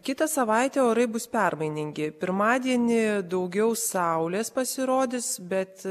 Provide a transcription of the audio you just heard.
kitą savaitę orai bus permainingi pirmadienį daugiau saulės pasirodys bet